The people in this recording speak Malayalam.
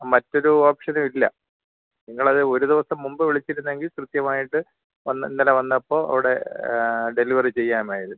മറ്റൊരു ഓപ്ഷനും ഇല്ല നിങ്ങളത് ഒരു ദിവസം മുമ്പ് വിളിച്ചിരുന്നെങ്കിൽ കൃത്യമായിട്ട് വന്ന് ഇന്നലെ വന്നപ്പോൾ അവിടെ ഡെലിവറി ചെയ്യാമായിരുന്നു